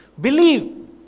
believe